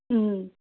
ꯎꯝ